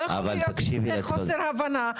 לא יכול להיות שיש חוסר הבנה.